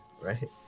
right